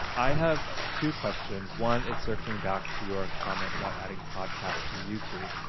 i have two questions. one is circling back to your comment about adding podcasts to youtube.